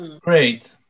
Great